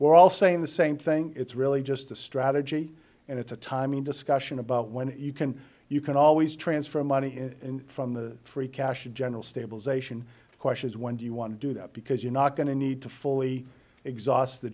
we're all saying the same thing it's really just a strategy and it's a timing discussion about when you can you can always transfer money in from the free cash in general stabilization questions when you want to do that because you're not going to need to fully exhaust the